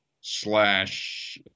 slash